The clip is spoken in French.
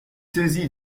saisi